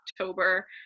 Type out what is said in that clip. october